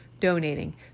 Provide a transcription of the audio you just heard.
donating